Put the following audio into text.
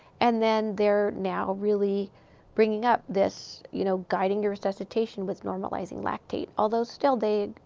and then they're now really bringing up this, you know, guiding your resuscitation with normalizing lactate. although still, they,